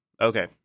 Okay